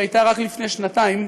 שהייתה רק לפני שנתיים,